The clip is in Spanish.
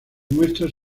muestras